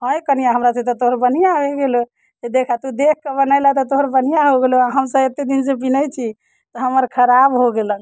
हँ हे कनिया हमरासँ तऽ तोहर बढ़िआँ बनि गेलौ देखह तू देखि कऽ बनेलह तऽ तोहर बढ़िआँ हो गेलौ हमसभ एतेक दिनसँ बीनैत छी तऽ हमर खराब हो गेलक